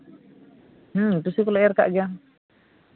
ᱦᱮᱸ ᱴᱤᱥᱤ ᱠᱚᱞᱮ ᱮᱨ ᱟᱠᱟᱫ ᱜᱮᱭᱟ